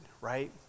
right